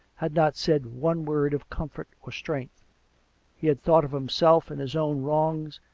had not said one word of comfort or strength he had thought of himself and his own wrongs,